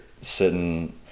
Sitting